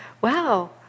wow